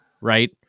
Right